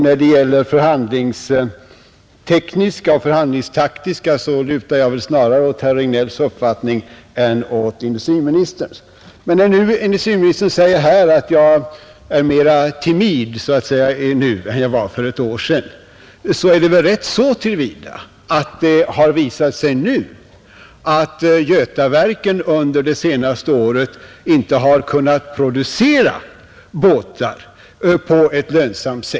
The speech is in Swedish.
När det gäller förhandlingstekniska och förhandlingstaktiska åtgärder lutar jag snarare åt herr Regnélls uppfattning än åt industriministerns. När industriministern här säger att jag är mera timid nu än jag var för ett år sedan är detta rätt så till vida, att det har visat sig att Götaverken under det senaste året inte har kunnat producera båtar på ett lönsamt sätt.